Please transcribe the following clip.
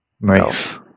Nice